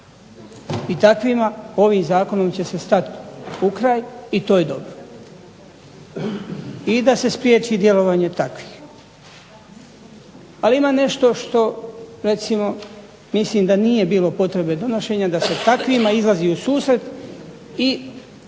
i takvima ovim zakonom će se stati u kraj i to je dobro i da se spriječi djelovanje takvih. Ali ima nešto recimo mislim da nije bilo potrebe donošenja da se takvima izlazi u susret i